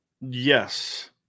Yes